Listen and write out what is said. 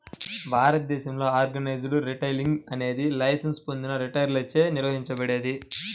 భారతదేశంలో organised retailing అనేది licence పొందిన రిటైలర్లచే నిర్వహించబడేది